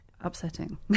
upsetting